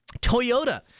Toyota